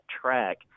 track